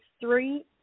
three